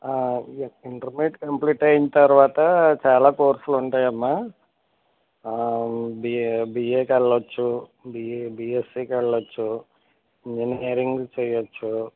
intermediate complete అయిన తరువాత చాలా కోర్సులు ఉంటాయమ్మా బిఏ బిఏకి వెళ్ళచ్చు బిఏ బిఎస్సి ఇంజనీరింగ్ చెయ్యచ్చు